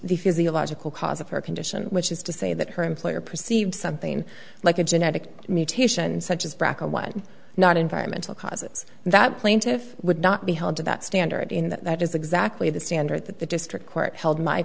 the physiological cause of her condition which is to say that her employer perceived something like a genetic mutation such as braco one not environmental causes that plaintiff would not be held to that standard in that is exactly the standard that the district court held my